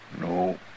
No